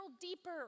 deeper